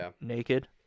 naked